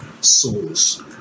souls